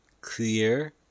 clear